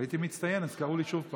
הייתי מצטיין, אז קראו לי שוב פעם.